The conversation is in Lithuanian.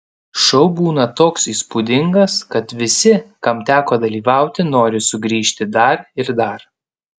šou būna toks įspūdingas kad visi kam teko dalyvauti nori sugrįžti dar ir dar